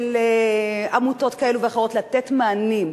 של עמותות כאלה ואחרות לתת מענים,